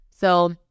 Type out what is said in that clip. so-